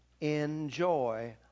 enjoy